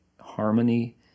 harmony